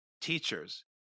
teachers